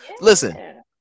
Listen